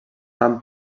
van